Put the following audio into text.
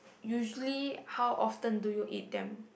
usually how often do you eat them